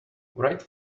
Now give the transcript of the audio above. write